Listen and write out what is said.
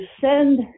send